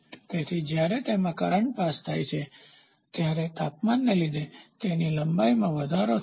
તેથી જ્યારે તેમાં કરન્ટ પાસ થશે ત્યારે તાપમાનને લીધે ત્યારે લંબાઈમાં વધારો થાય છે